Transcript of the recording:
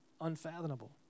unfathomable